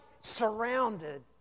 surrounded